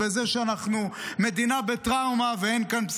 בזה שאנחנו מדינה בטראומה ואין כאן כמעט